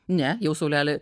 ne jau saulelė